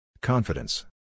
Confidence